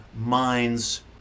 mind's